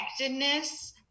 connectedness